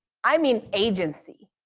i mean agency.